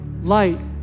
Light